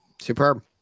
Superb